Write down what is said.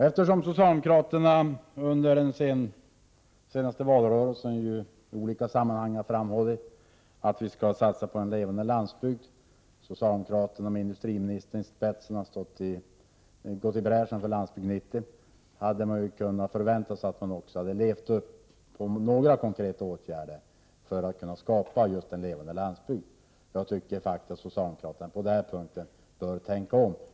Eftersom socialdemokraterna under den gångna valrörelsen i olika sammanhang har framhållit att vi skall satsa på en levande landsbygd — socialdemokraterna med industriministern i spetsen har gått i bräschen för Landsbygd 90 — hade man kunnat förvänta sig att de också skulle ha levt upp till detta med några konkreta åtgärder för att skapa en levande landsbygd. Jag tycker faktiskt att socialdemokraterna på den punkten bör tänka om.